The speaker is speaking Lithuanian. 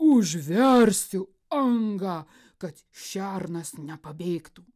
užversiu angą kad šernas nepabėgtų